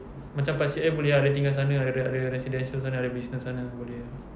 macam pakcik I boleh ah dia tinggal sana ada ada residential sana ada business sana boleh ah